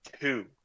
two